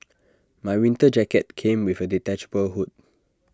my winter jacket came with A detachable hood